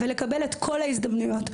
ולקבל את כל ההזדמנויות,